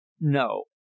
no